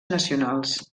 nacionals